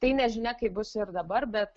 tai nežinia kaip bus ir dabar bet